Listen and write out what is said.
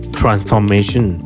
transformation